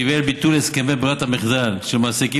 שהביאה לביטול הסכמי ברירת המחדל של מעסיקים